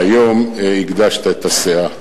והיום הגדשת את הסאה.